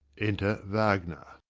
enter wagner.